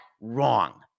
wrong